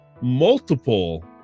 multiple